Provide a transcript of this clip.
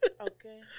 Okay